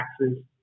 taxes